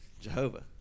Jehovah